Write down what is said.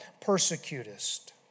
persecutest